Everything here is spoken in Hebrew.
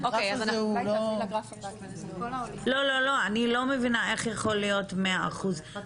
אני לא מבינה איך יכול להיות 100%?